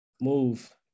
move